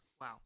Wow